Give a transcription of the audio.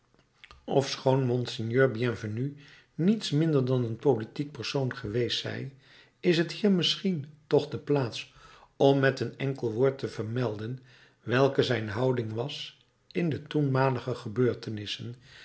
ofschoon monseigneur bienvenu niets minder dan een politiek persoon geweest zij is t hier misschien toch de plaats om met een enkel woord te vermelden welke zijn houding was in de toenmalige gebeurtenissen